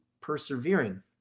persevering